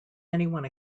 anyone